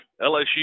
LSU